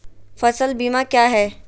फ़सल बीमा क्या है?